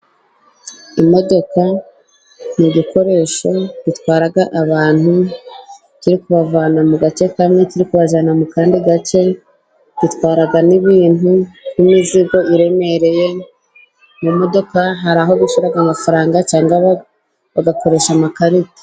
Imodoka n'igikoresho gitwara abantu, kiri kubavana mu gace kamwe kiri kubajyana mu kandi gace, gitwara n'ibintu nk'imizigo iremereye, mu modoka hari aho bishyura amafaranga cyangwa bagakoresha amakarita.